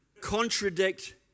contradict